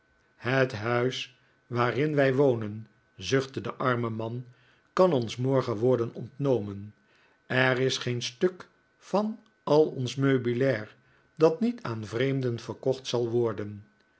het huis waarin wij wonen zuchtte de arme man kan ons morgen worden ontnomen er is geen stuk van al ons meubilair dat niet aan vreemden verkocht zal worden